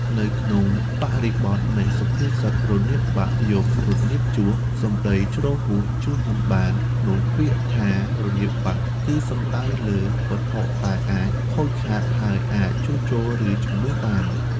នៅក្នុងបរិបទនៃសុភាសិត "រនាបបាក់ យករនាបជួស សម្តីជ្រុលហួស ជួសមិនបាន" នោះពាក្យថា"រនាបបាក់" គឺសំដៅលើ វត្ថុដែលអាចខូចខាត ហើយអាចជួសជុល ឬជំនួសបាន។